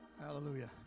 Hallelujah